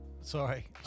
sorry